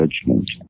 judgment